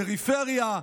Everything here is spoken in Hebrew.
פריפריה.